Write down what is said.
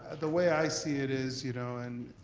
the way i see it is, you know and